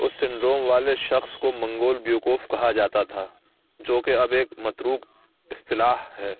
اس syndrome والے شخص کو منگول بیوقوف کہا جاتا تھا جو کہ اب ایک متروک اصطلاح ہے